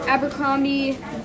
Abercrombie